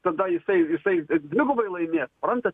tada jisai jisai dvigubai laimės suprantat